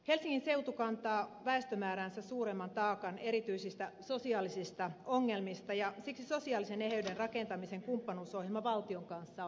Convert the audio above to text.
helsingin seutu kantaa väestömääräänsä suuremman taakan erityisistä sosiaalisista ongelmista ja siksi sosiaalisen eheyden rakentamisen kumppanuusohjelma valtion kanssa on välttämätön